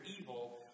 evil